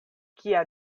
kia